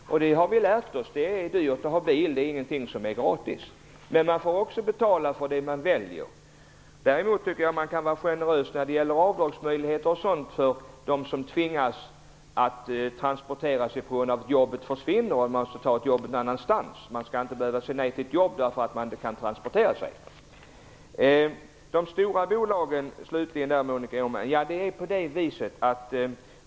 Det har vi lärt oss. Det är dyrt att ha bil. Det är ingenting som är gratis. Men man får också betala för det man väljer. Däremot tycker jag att man kan vara generös när det gäller avgasregler och sådant för dem som tvingas att transportera sig på grund av att jobbet försvinner och man får lov att ta ett jobb någon annanstans. Man skall inte behöva säga nej till ett jobb därför att man inte kan transportera sig. Slutligen till de stora bolagen, Monica Öhman.